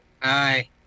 Hi